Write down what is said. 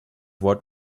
what